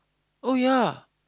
oh ya